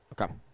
Okay